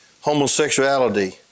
homosexuality